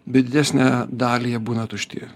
bet didesnę dalį jie būna tušti